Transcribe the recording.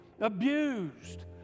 abused